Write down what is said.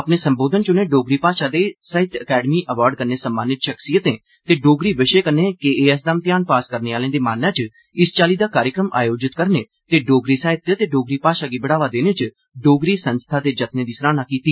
अपने संबोधन च उनें डोगरी भाषा दे साहित्य अकैडमी अवार्ड कन्नै सम्मानित शख्सियतें ते डोगरी विशे कन्नै के ए एस दा म्तेहान पास करने आहलें दे मानै च इस चाल्ली दा कार्यक्रम आयोजित करने ते डोगरी साहित्य ते डोगरी भाषा गी बढावा देने च डोगरी संस्था दे जतनें दी सराहना कीती